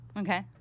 Okay